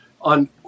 on